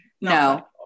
no